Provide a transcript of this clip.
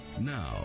now